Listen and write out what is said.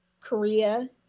Korea